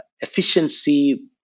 efficiency